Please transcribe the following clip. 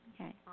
Okay